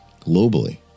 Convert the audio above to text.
globally